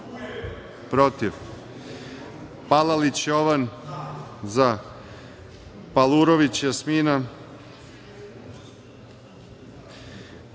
protiv; Palalić Jovan – za; Palurović Jasmina